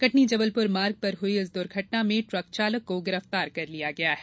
कटनी जबलपुर मार्ग पर हुई इस दुर्घटना में ट्रक चालक को गिरफ्तार कर लिया गया है